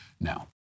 now